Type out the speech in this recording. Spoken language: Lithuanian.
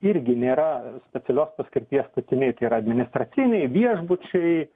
irgi nėra specialios paskirties statiniai tai yra administraciniai viešbučiai